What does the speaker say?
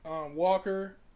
Walker